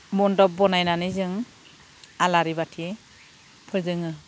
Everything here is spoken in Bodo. मन्दब बानायनानै जों आलारि बाथि फोजोङो